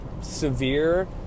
severe